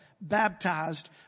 baptized